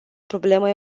problemă